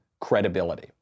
credibility